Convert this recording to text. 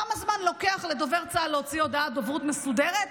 כמה זמן לוקח לדובר צה"ל להוציא הודעת דוברות מסודרת?